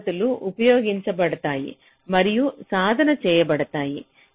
ఈ పద్ధతులు ఉపయోగించబడతాయి మరియు సాధన చేయబడతాయి